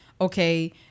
okay